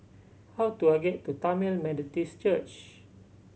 how do I get to Tamil Methodist Church